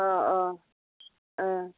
अह अह ओह